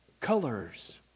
colors